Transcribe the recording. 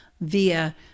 via